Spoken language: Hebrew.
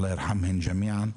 אללה ירחמם אל ג'מיעה.